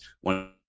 one